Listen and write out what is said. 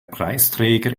preisträger